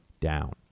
down